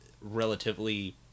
relatively